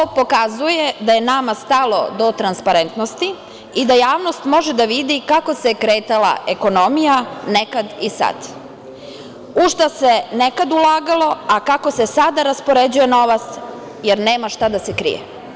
Ovo pokazuje da je nama stalo do transparentnosti i da javnost može da vidi kako se kretala ekonomija nekad i sad, u šta se nekad ulagalo a kako se sada raspoređuje novac, jer nema šta da se krije.